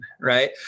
right